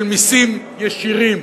של מסים ישירים